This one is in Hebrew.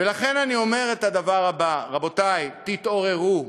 ולכן אני אומר את הדבר הבא: רבותי, תתעוררו.